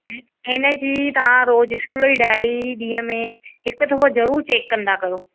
इनजी तव्हां रोज़ु स्कूल जी डायरी ॾींहं में हिकु दफ़ो ज़रूरु चैक कंदा कयो